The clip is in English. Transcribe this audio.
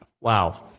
Wow